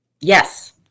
Yes